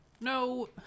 No